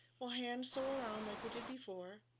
we'll hand sew around like we did before.